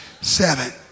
seven